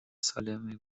سالمی